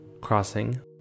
Crossing